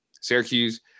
Syracuse